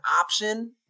option